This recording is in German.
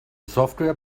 software